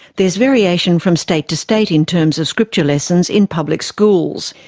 there's variation from state to state in terms of scripture lessons in public schools.